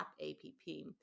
A-P-P